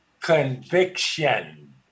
conviction